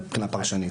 מבחינה פרשנית.